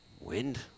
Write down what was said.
wind